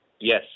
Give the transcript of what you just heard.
Yes